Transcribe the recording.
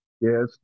Yes